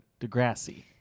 degrassi